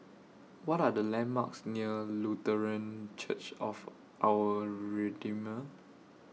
What Are The landmarks near Lutheran Church of Our Redeemer